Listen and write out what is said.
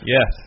Yes